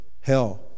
hell